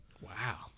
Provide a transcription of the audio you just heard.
Wow